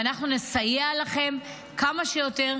ואנחנו נסייע לכם כמה שיותר,